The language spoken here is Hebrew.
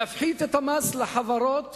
להפחית את המס לחברות